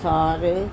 ਸਾਲ